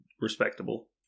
Respectable